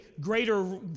greater